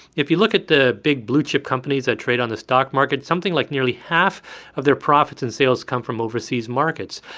if you look at the big blue-chip companies that trade on the stock market, something like nearly half of their profits and sales come from overseas markets.